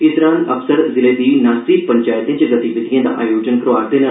इस दरान अफसर जिले दी नासी पंचैतें च गतिविधिए दा आयोजन करा'रदे न